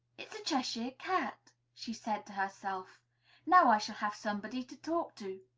it's the cheshire-cat, she said to herself now i shall have somebody to talk to.